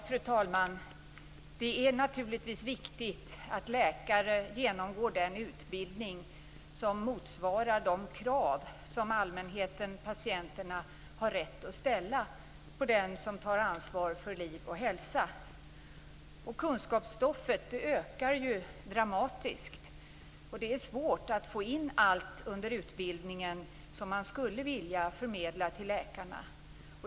Fru talman! Det är naturligtvis viktigt att läkare genomgår den utbildning som motsvarar de krav som allmänheten, patienterna, har rätt att ställa på den som har ansvar för liv och hälsa. Kunskapsstoffet ökar dramatiskt. Det är svårt att i utbildningen få in allt som man skulle vilja förmedla till läkarna.